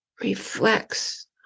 reflects